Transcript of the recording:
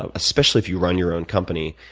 ah especially if you run your own company,